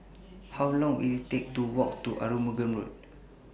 How Long Will IT Take to Walk to Arumugam Road